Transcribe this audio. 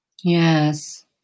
Yes